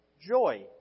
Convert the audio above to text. joy